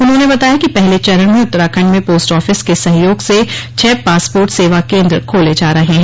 उन्होंने बताया कि पहले चरण में उत्तराखंड में पोस्ट आफिस के सहयोग से छह पासपोर्ट सेवा केन्द्र उपलब्ध खोले जा रहे हैं